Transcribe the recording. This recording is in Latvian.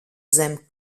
zem